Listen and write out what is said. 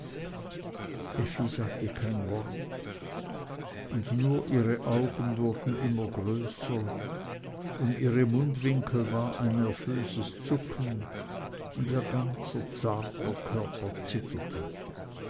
sagte kein wort und nur ihre augen wurden immer größer um ihre mundwinkel war ein nervöses zucken und ihr ganzer zarter körper zitterte